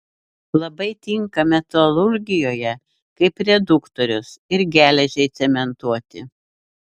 labai tinka metalurgijoje kaip reduktorius ir geležiai cementuoti